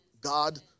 God